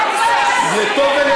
שאני